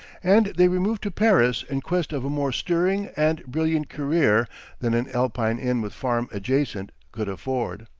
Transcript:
and they removed to paris in quest of a more stirring and brilliant career than an alpine inn with farm adjacent could afford.